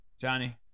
Johnny